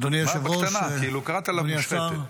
אדוני היושב-ראש, אדוני השר,